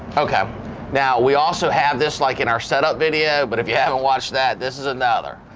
okay now we also have this like in our set up video but if you haven't watched that this is another.